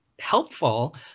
helpful